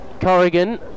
Corrigan